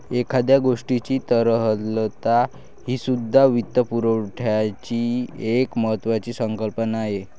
एखाद्या गोष्टीची तरलता हीसुद्धा वित्तपुरवठ्याची एक महत्त्वाची संकल्पना आहे